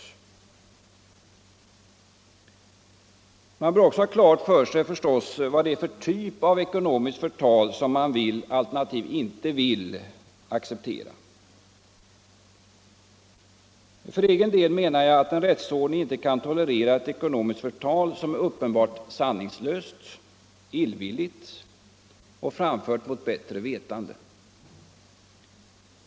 Man bör förstås också ha klart för sig vad det är för typ av ekonomiskt förtal som man vill, alternativt inte vill, acceptera. För egen del anser jag att en rättsordning inte kan tolerera ett ekonomiskt förtal som är uppenbart sanningslöst, illvilligt och framfört mot bättre vetande.